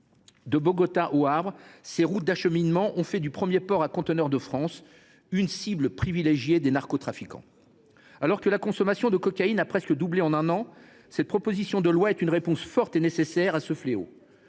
De Bogota au Havre, ces routes d’acheminement ont fait du premier port à conteneurs de France une cible privilégiée des narcotrafiquants. Alors que la consommation de cocaïne a presque doublé en un an, cette proposition de loi est une réponse forte et nécessaire à ce fléau.